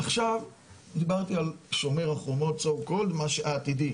עכשיו דיברתי על שומר החומות "העתידי".